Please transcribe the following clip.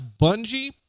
Bungie